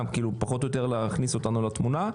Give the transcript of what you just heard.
פחות או יותר להכניס אותנו לתמונה.